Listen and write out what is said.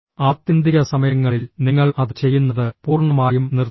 ആത്യന്തിക സമയങ്ങളിൽ നിങ്ങൾ അത് ചെയ്യുന്നത് പൂർണ്ണമായും നിർത്തുന്നു